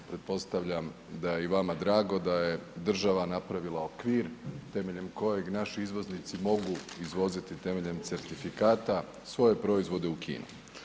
Pretpostavljam da je i vama drago da je država napravila okvir temeljem kojeg naši izvoznici mogu izvoziti temeljem certifikata svoje proizvode u Kinu.